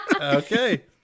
Okay